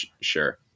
sure